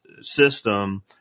system